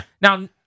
Now